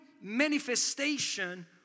manifestation